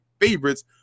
favorites